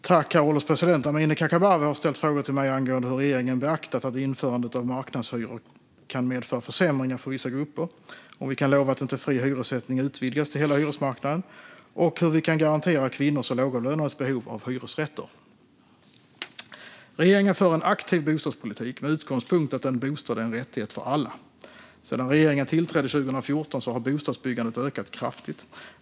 Herr ålderspresident! Amineh Kakabaveh har ställt frågor till mig angående hur regeringen beaktat att införandet av marknadshyror kan medföra försämringar för vissa grupper, om vi kan lova att fri hyressättning inte utvidgas till hela hyresmarknaden och hur vi kan garantera kvinnors och lågavlönades behov av hyresrätter. Regeringen för en aktiv bostadspolitik med utgångspunkt i att en bostad är en rättighet för alla. Sedan regeringen tillträdde 2014 har bostadsbyggandet ökat kraftigt.